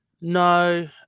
no